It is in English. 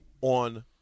on